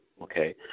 okay